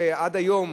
שעד היום